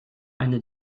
eine